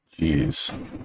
Jeez